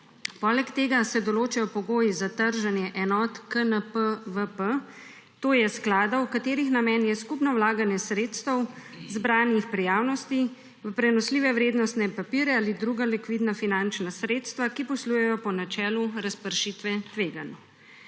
Poleg tega se določajo pogoji za trženje enot KNPVP, to je skladov, katerih namen je skupno vlaganje sredstev, zbranih pri javnosti, v prenosljive vrednostne papirje ali druga likvidna finančna sredstva, ki poslujejo po načelu razpršitve tveganj.